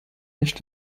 nicht